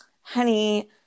honey